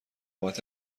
بابت